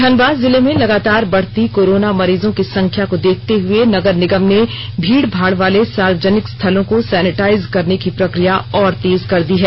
धनबाद जिले में लगातार बढ़ती कोरोना मरीजों की संख्या को देखते हुए नगर निगम ने भीड़ भाड़ वाले सार्वजनिक स्थलों को सैनिटाइज करने की प्रक्रिया और तेज कर दी है